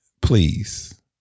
Please